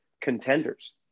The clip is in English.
contenders